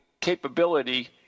capability